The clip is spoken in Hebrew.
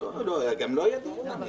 גם לא היה דיון.